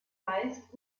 meist